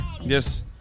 Yes